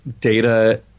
Data